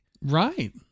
Right